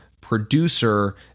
producer